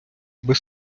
без